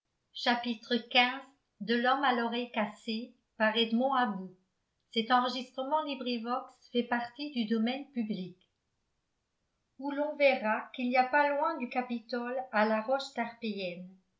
où l'on verra qu'il n'y a pas loin du capitole à la